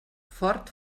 fort